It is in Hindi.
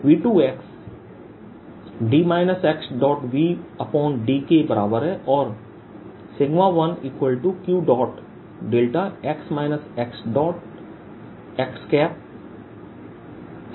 V2 Vdके बराबर है और 1Qδ है